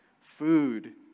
food